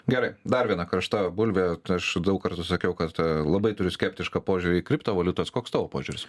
gerai dar viena karšta bulvė aš daug kartų sakiau kad labai turiu skeptišką požiūrį į kriptovaliutas koks tavo požiūris